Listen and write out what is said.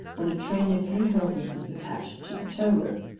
when a train of three horses was attached to the tow-rope,